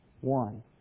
one